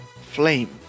flame